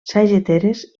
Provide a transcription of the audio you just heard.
sageteres